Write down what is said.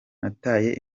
nataye